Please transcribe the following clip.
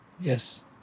Yes